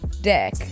dick